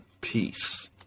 Peace